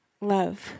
love